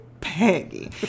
Peggy